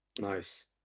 Nice